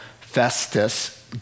Festus